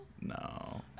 No